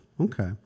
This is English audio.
okay